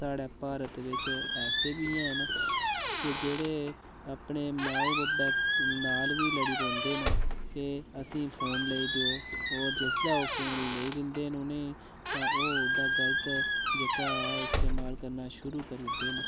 साढ़ै भारत बिच्च ऐसे बी हैन कि जेह्ड़े अपने माऊ बब्बै नाल बी लड़ी पौंदे न कि असेंगी फोन लेई देओ होर जिसलै ओह् फोन लेई दिन्दे न उ'नेंगी तां ओह ओह्दा गलत जेह्का ऐ इस्तमाल करना शुरू करी ओड़दे न